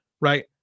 Right